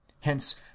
Hence